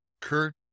Kurt